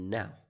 now